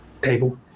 table